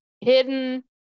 hidden